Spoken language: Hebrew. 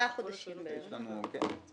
ארבעה חודשים בערך מינימום.